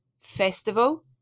festival